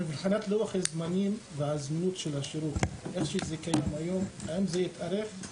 מבחינת לוח זמנים וזמינות השירות, האם זה יתארך?